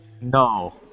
No